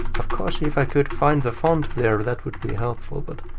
of course if i could find the font there, that would be helpful, but